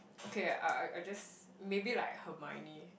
okay I I I just maybe like Hermione